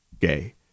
gay